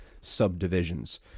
subdivisions